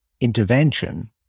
intervention